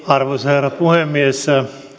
arvoisa herra puhemies